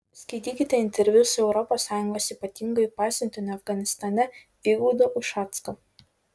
skaitykite interviu su europos sąjungos ypatinguoju pasiuntiniu afganistane vygaudu ušacku